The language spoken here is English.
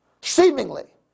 seemingly